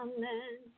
Amen